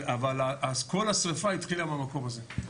אז כל השריפה החלה מהמקום הזה.